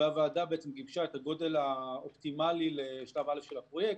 והוועדה גיבשה את הגודל האופטימלי לשלב א' של הפרויקט.